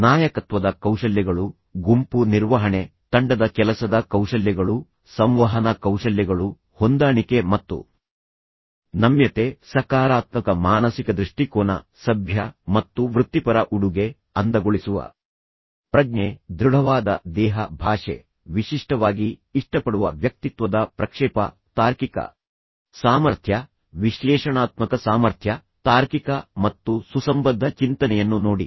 ನಾಯಕತ್ವದ ಕೌಶಲ್ಯಗಳು ಗುಂಪು ನಿರ್ವಹಣೆ ತಂಡದ ಕೆಲಸದ ಕೌಶಲ್ಯಗಳು ಸಂವಹನ ಕೌಶಲ್ಯಗಳು ಹೊಂದಾಣಿಕೆ ಮತ್ತು ನಮ್ಯತೆ ಸಕಾರಾತ್ಮಕ ಮಾನಸಿಕ ದೃಷ್ಟಿಕೋನ ಸಭ್ಯ ಮತ್ತು ವೃತ್ತಿಪರ ಉಡುಗೆ ಅಂದಗೊಳಿಸುವ ಪ್ರಜ್ಞೆ ದೃಢವಾದ ದೇಹ ಭಾಷೆ ವಿಶಿಷ್ಟವಾಗಿ ಇಷ್ಟಪಡುವ ವ್ಯಕ್ತಿತ್ವದ ಪ್ರಕ್ಷೇಪ ತಾರ್ಕಿಕ ಸಾಮರ್ಥ್ಯ ವಿಶ್ಲೇಷಣಾತ್ಮಕ ಸಾಮರ್ಥ್ಯ ತಾರ್ಕಿಕ ಮತ್ತು ಸುಸಂಬದ್ಧ ಚಿಂತನೆಯನ್ನು ನೋಡಿ